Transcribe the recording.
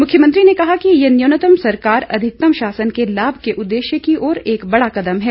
मुख्यमंत्री ने कहा कि यह न्यूनतम सरकार अधिकतम शासन के लाभ के उद्देश्य की ओर एक बड़ा कदम है